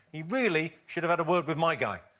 he really should have had a word with my guy.